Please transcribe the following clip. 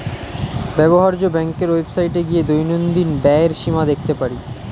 ব্যবহার্য ব্যাংকের ওয়েবসাইটে গিয়ে দৈনন্দিন ব্যয়ের সীমা দেখতে পারি